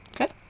Okay